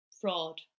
fraud